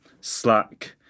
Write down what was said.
slack